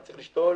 אני צריך לשתול